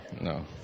no